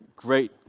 Great